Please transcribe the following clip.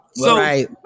Right